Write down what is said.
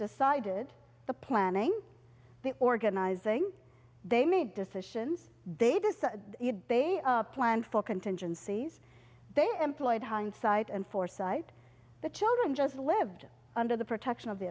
decided the planning organizing they made decisions they just they planned for contingencies they employed hindsight and foresight the children just lived under the protection of the